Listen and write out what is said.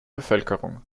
bevölkerung